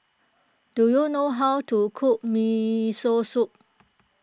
do you know how to cook Miso Soup